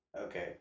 Okay